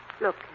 Look